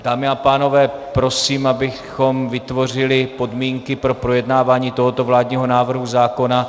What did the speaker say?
Dámy a pánové, prosím, abychom vytvořili podmínky pro projednávání tohoto vládního návrhu zákona.